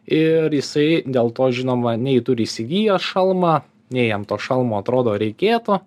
ir jisai dėl to žinoma nei turi įsigijęs šalmą nei jam to šalmo atrodo reikėtų